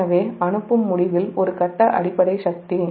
எனவே அனுப்பும் முடிவில் ஒரு கட்ட அடிப்படை சக்தி